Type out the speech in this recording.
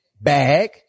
bag